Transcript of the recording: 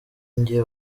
njye